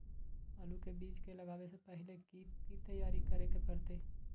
आलू के बीज के लगाबे से पहिले की की तैयारी करे के परतई?